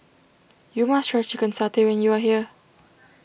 you must try Chicken Satay when you are here